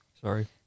Sorry